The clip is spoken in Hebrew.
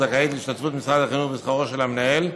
זכאית להשתתפות משרד החינוך בשכרו של המנהל,